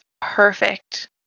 perfect